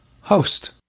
host